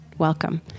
Welcome